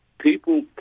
people